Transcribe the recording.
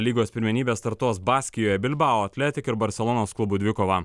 lygos pirmenybės startuos baskijoje bilbao athletic ir barselonos klubų dvikova